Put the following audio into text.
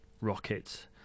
rockets